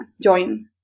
join